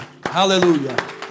Hallelujah